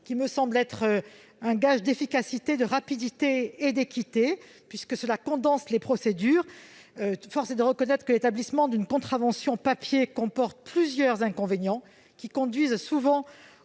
me semble être un gage d'efficacité, de rapidité et d'équité en condensant les procédures. Force est de reconnaître que l'établissement d'une contravention papier comporte plusieurs inconvénients, qui conduisent souvent